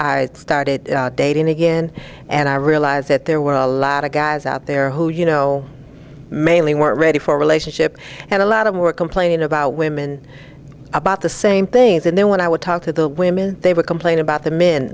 i started dating again and i realized that there were a lot of guys out there who you know mainly weren't ready for a relationship and a lot of were complaining about women about the same things and then when i would talk to the women they would complain about them in